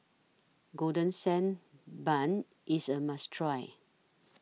Golden Sand Bun IS A must Try